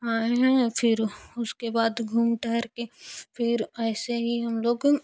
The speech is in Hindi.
आए हैं फिर उसके बाद घूम टहर फिर ऐसे ही हम लोग